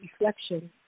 reflection